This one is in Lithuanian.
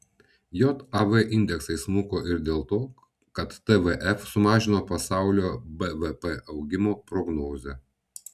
jav indeksai smuko ir dėl to kad tvf sumažino pasaulio bvp augimo prognozę